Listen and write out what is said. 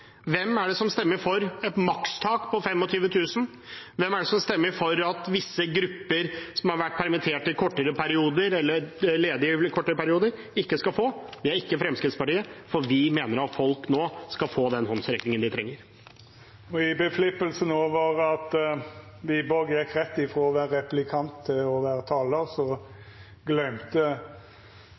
Hvem er det som stemmer for et makstak på 25 000? Hvem er det som stemmer for at visse grupper som har vært permittert eller ledige i kortere perioder, ikke skal få? Det er ikke Fremskrittspartiet, for vi mener at folk nå skal få den håndsrekningen de trenger. I forfjamsinga over at representanten Wiborg gjekk rett over frå å vera replikant til å